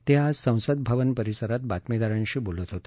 ते आज संसद भवन परिसरात बातमीदारांशी बोलत होते